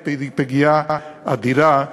היא פגיעה אדירה,